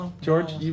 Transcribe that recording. George